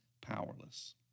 powerless